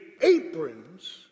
aprons